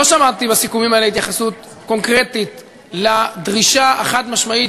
לא שמעתי בסיכומים האלה התייחסות קונקרטית לדרישה החד-משמעית